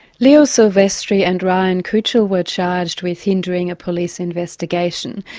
leo silvestri and ryan kuchel were charged with hindering a police investigation.